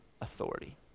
authority